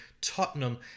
Tottenham